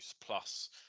plus